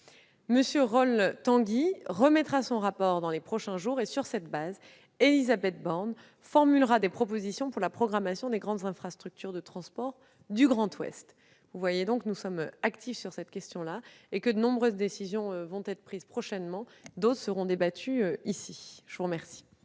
M. Rol-Tanguy remettra son rapport dans les prochains jours et, sur cette base, Élisabeth Borne formulera des propositions pour la programmation des grandes infrastructures de transport du Grand Ouest. Vous voyez que nous sommes actifs sur cette question et que de nombreuses décisions seront prises prochainement. D'autres seront débattues ici. La parole